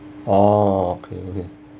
oh okay okay